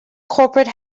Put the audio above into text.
corporate